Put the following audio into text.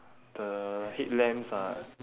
the headlamps are